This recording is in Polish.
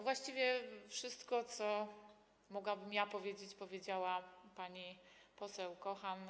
Właściwie wszystko, co mogłabym powiedzieć, powiedziała pani poseł Kochan.